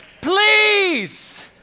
Please